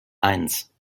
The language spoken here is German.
eins